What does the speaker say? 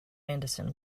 anderson